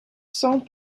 cent